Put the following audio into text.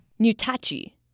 Nutachi